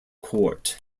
court